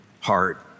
heart